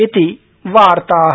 इति वार्ता